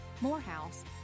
Morehouse